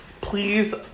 please